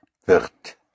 wird